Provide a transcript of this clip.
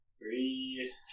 Three